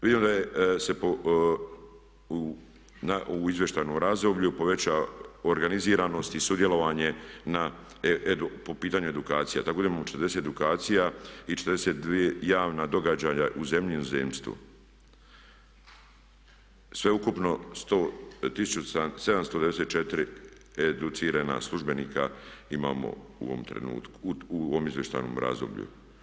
Vidim da se u izvještajnom razdoblju povećava organiziranost i sudjelovanje po pitanju edukacija tako da imamo 40 edukacija i 42 javna događanja u zemlji u inozemstvu, sveukupno 1794 educirana službenika imamo u ovom trenutku u ovom izvještajnom razdoblju.